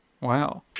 Wow